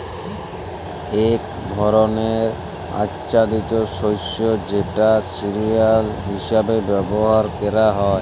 এক ধরলের আচ্ছাদিত শস্য যেটা সিরিয়াল হিসেবে ব্যবহার ক্যরা হ্যয়